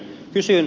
kysyn